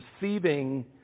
receiving